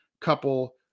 couple